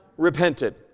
Repented